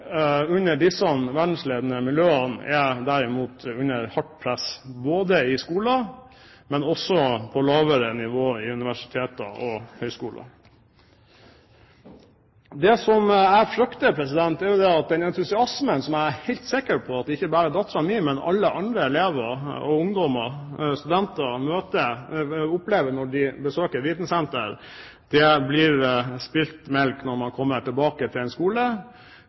disse verdensledende miljøene er derimot under hardt press i skolen, men også på lavere nivå på universiteter og høyskoler. Det som jeg frykter, er at den entusiasmen som jeg er helt sikker på at ikke bare datteren min, men også elever og ungdommer og studenter opplever når de besøker et vitensenter, er spilt melk når man kommer tilbake til en skole